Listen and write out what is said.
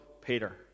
Peter